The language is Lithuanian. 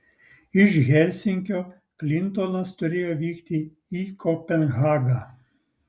iš helsinkio klintonas turėjo vykti į kopenhagą